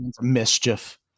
Mischief